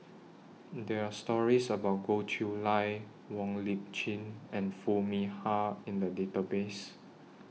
There Are stories about Goh Chiew Lye Wong Lip Chin and Foo Mee Har in The Database